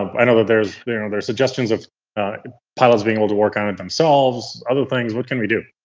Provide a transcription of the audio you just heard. um i know that there's there's suggestions of pilots being able to work on it themselves, other things, what can we do?